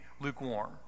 lukewarm